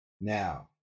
Now